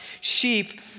sheep